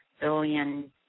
billion